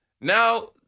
Now